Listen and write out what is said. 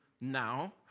now